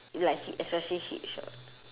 like hi~ especially hitch orh